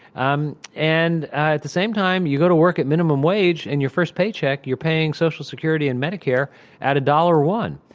um and at the same time you go to work at minimum wage, and your first paycheck you're paying social security and medicare at dollar one.